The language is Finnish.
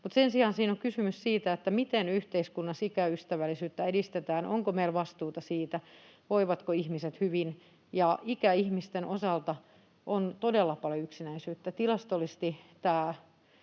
sen sijaan siinä on kysymys siitä, miten yhteiskunnassa ikäystävällisyyttä edistetään, onko meillä vastuuta siitä, voivatko ihmiset hyvin. Ikäihmisten osalta on todella paljon yksinäisyyttä tilastollisesti.